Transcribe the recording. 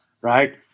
right